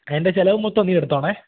എൻ്റെ ചെലവ് മൊത്തം നീയെടുത്തുകൊള്ളണം